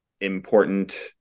important